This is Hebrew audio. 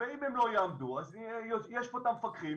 ואם הם לא יעמדו אז יש פה את המפקחים